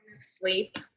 sleep